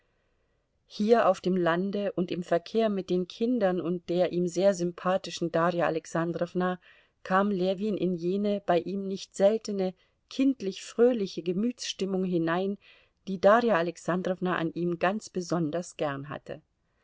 hier auf dem lande und im verkehr mit den kindern und der ihm sehr sympathischen darja alexandrowna kam ljewin in jene bei ihm nicht seltene kindlich fröhliche gemütsstimmung hinein die darja alexandrowna an ihm ganz besonders gern hatte